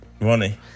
Ronnie